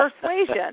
Persuasion